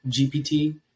GPT